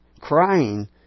Crying